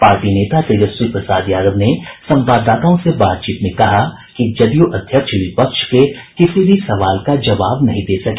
party नेता तेजस्वी प्रसाद यादव ने संवाददाताओं से बातचीत में कहा कि जदयू अध्यक्ष विपक्ष के किसी भी सवाल का जवाब नहीं दे सके